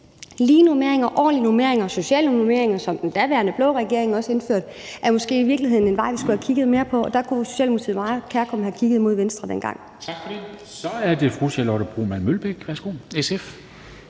Lige normeringer, ordentlige normeringer, sociale normeringer, som den daværende blå regering også indførte, er måske i virkeligheden en vej, vi skulle have kigget mere på. Der kunne Socialdemokratiet meget kærkomment have kigget mod Venstre dengang. Kl. 17:39 Formanden (Henrik Dam